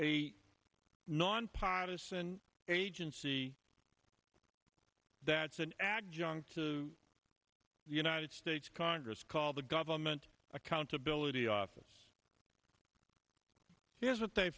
a nonpartisan agency that's an adjunct to the united states congress called the government accountability office here's what they